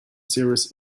serious